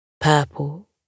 purple